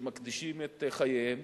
שמקדישים את חייהם